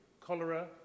Cholera